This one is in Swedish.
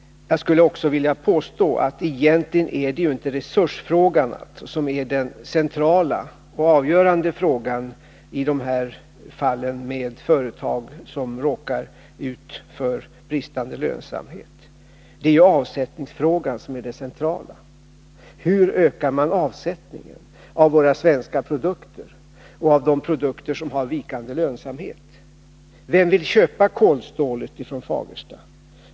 Jag skulle också vilja påstå att det egentligen inte är resursfrågan som är den centrala och avgörande frågan, när företag råkar ut för bristande lönsamhet. Det är i stället avsättningsfrågan som är den centrala. Hur ökar man avsättningen av våra svenska produkter och av de produkter som har vikande lönsamhet? Vem vill köpa kolstål från Fagersta?